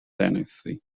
tennessee